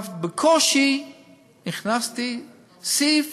בקושי הכנסתי סעיף